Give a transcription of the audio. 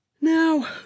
now